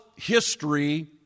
history